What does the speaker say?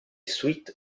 suite